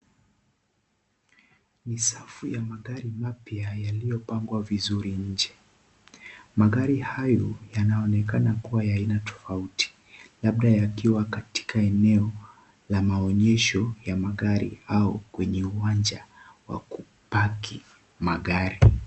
Ni savu ya magari mapya yaliyopangwa vizuri nje. Magari hayo yanaonekana kuwa ya Aina tofauti, labda yakiwa katika eneo la maonyesho ya magari au kwenye uwanja wa ku park magari.